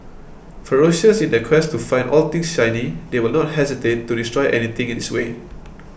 ferocious in their quest to find all things shiny they will not hesitate to destroy anything in its way